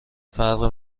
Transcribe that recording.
فرق